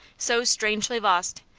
so strangely lost,